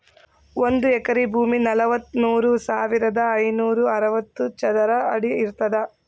ಒಂದ್ ಎಕರಿ ಭೂಮಿ ನಲವತ್ಮೂರು ಸಾವಿರದ ಐನೂರ ಅರವತ್ತು ಚದರ ಅಡಿ ಇರ್ತದ